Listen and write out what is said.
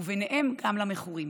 וביניהם גם למכורים.